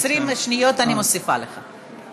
אני מוסיפה לך 20 שניות.